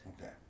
Okay